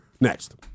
next